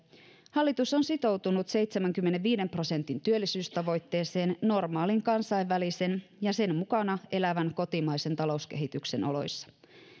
hallitus on sitoutunut seitsemänkymmenenviiden prosentin työllisyystavoitteeseen normaalin kansainvälisen ja sen mukana elävän kotimaisen talouskehityksen oloissa